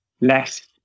less